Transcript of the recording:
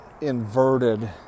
inverted